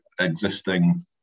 existing